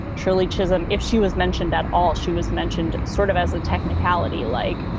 shirley chisholm, if she was mentioned at all, she was mentioned sort of as a technicality, like,